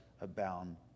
abound